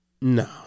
no